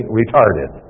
retarded